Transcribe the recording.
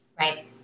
Right